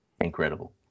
Incredible